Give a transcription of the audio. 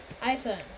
iPhone